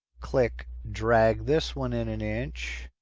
click. drag this one in an inch.